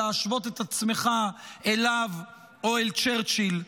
להשוות את עצמך אליו או אל צ'רצ'יל.